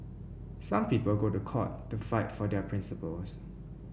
some people go to court to fight for their principles